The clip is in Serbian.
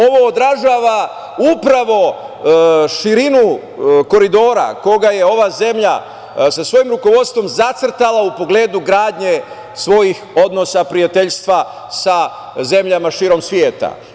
Ovo odražava upravo širinu koridora koji je ova zemlja sa svojim rukovodstvom zacrtala u pogledu gradnje svojih odnosa, prijateljstva sa zemljama širom sveta.